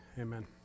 Amen